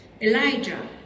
Elijah